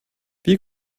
wie